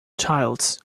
childs